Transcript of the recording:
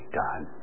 done